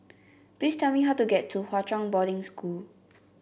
please tell me how to get to Hwa Chong Boarding School